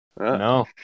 No